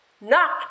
Knock